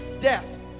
death